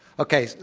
okay.